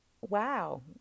wow